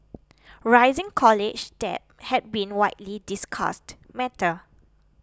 rising college debt has been widely discussed matter